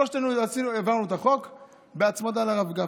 שלושתנו העברנו את החוק בהצמדה לרב גפני.